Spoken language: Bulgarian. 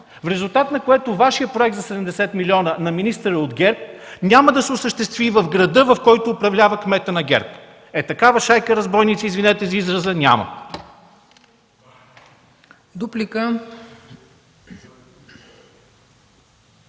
в резултат на което Вашият проект за 70 милиона – на министъра от ГЕРБ, няма да се осъществи в града, в който управлява кмет на ГЕРБ! Е, такава шайка разбойници, извинете за израза, няма!